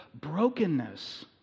brokenness